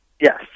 Yes